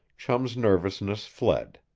chum's nervousness fled.